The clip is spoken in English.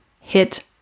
hit